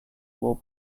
will